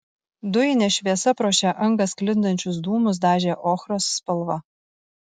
dujinė šviesa pro šią angą sklindančius dūmus dažė ochros spalva